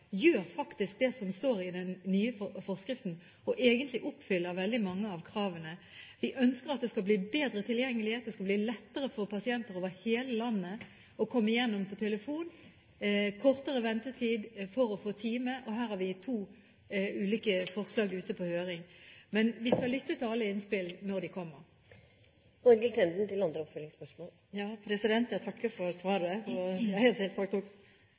gjør faktisk det som står i den nye forskriften, og oppfyller veldig mange av kravene. Vi ønsker at det skal bli bedre tilgjengelighet – det skal bli lettere for pasienter over hele landet å komme igjennom på telefon og kortere ventetid for å få time. Her har vi to ulike forslag ute på høring, og vi skal lytte til alle innspill når de kommer. Jeg takker for svaret. Jeg er selvsagt opptatt av pasientene, det er derfor jeg